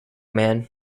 man